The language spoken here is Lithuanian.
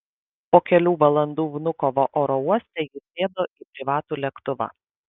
po kelių valandų vnukovo oro uoste jis sėdo į privatų lėktuvą